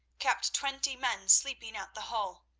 kept twenty men sleeping at the hall.